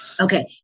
Okay